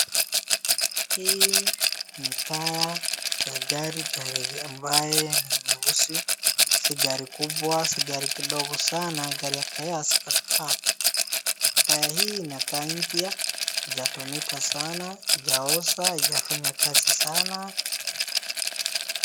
Hii ni taya ya gari, gari ambaye ni nyeusi, si gari kubwa, si gari kidogo sana, gari ya kayasi katikati. Taya hii inakaa mpya, haijatumika sana, haijaoshwa, haijafanya kazi sana.